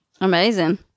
amazing